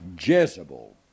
Jezebel